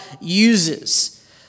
uses